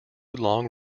long